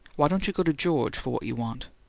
why don't you go to george for what you want?